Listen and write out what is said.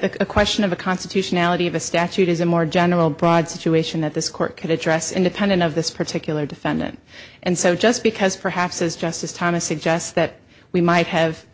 the question of the constitutionality of a statute is a more general broad situation that this court could address independent of this particular defendant and so just because perhaps as justice thomas suggests that we might have